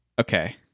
okay